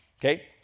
okay